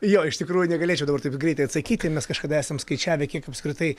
jo iš tikrųjų negalėčiau dabar taip greitai atsakyti mes kažkada esam skaičiavę kiek apskritai